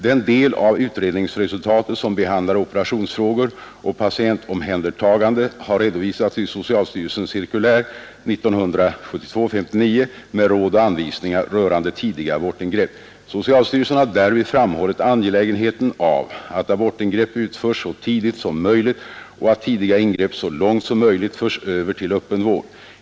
Den del av utredningsresultatet som behandlar operationsfrågor och patientomhändertagande har redovisats i socialstyrelsens cirkulär nr 59 år 1972 med råd och anvisningar rörande tidiga abortingrepp. Socialstyrelsen har därvid framhållit angelägenheten av att abortingrepp utförs så tidigt som möjligt och att tidiga ingrepp så långt som möjligt förs över till öppen vård.